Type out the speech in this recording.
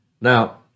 Now